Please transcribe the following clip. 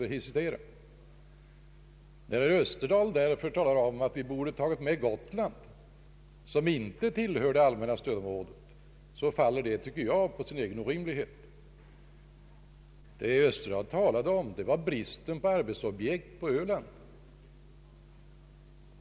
När herr Österdahl talar om att vi borde ha tagit med Gotland, som inte tillhör det allmänna stödområdet, bland de områden som undantas, så faller det, tycker jag, på sin egen orimlighet. Herr Österdahl talade om bristen på arbetsobjekt på Gotland.